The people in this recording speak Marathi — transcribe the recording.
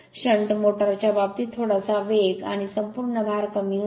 शंट मोटर च्या बाबतीत थोडासा वेग आणि संपूर्ण भार कमी होतो